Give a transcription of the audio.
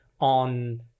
on